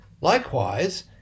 Likewise